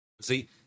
See